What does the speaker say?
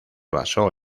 basó